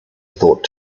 thought